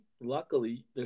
luckily